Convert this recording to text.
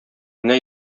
генә